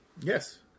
Yes